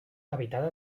habitada